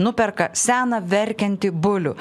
nuperka seną verkiantį bulių